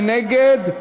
מי נגד?